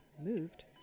Moved